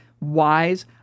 wise